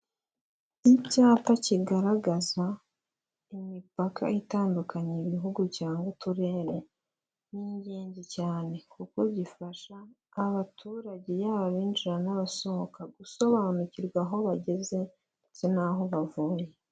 Icyapa kigaragaza imipaka itandukanye ibihugu cyangwa uturere, ni ingenzi cyane kuko gifasha abaturage yaba abinjirana n'abasohoka gusobanukirwa aho bageze ndetse n'aho bavuye.